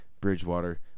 Bridgewater